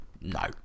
no